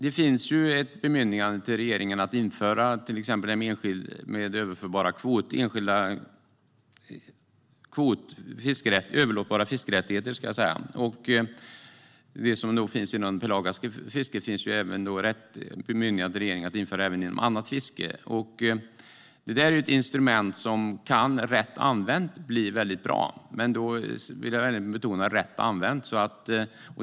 Det finns ett bemyndigande till regeringen om att införa överlåtbara fiskerättigheter i enskilt fiske och ett annat bemyndigande att införa det även för annat fiske. Detta är ett instrument som rätt använt kan bli väldigt bra.